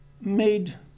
made